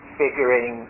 figuring